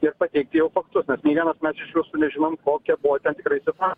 ir pateikti jau faktus nes nei vienas mes iš jūsų nežinome kokia buvo ten tikrai